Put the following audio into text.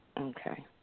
Okay